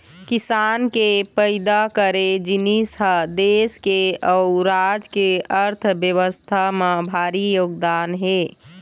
किसान के पइदा करे जिनिस ह देस के अउ राज के अर्थबेवस्था म भारी योगदान हे